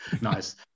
nice